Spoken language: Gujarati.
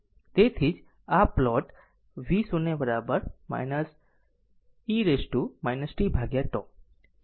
તેથી તેથી જ આ પ્લોટ v0 e tT છે હવે હું તે સમજાવું